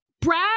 brad